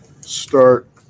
start